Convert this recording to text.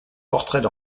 portraits